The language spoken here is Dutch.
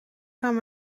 gaan